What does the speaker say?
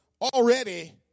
already